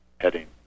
heading